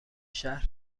شهر